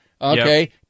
Okay